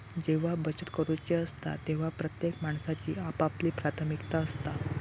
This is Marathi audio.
जेव्हा बचत करूची असता तेव्हा प्रत्येक माणसाची आपापली प्राथमिकता असता